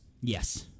Yes